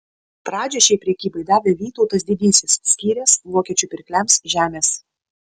pradžią šiai prekybai davė vytautas didysis skyręs vokiečių pirkliams žemės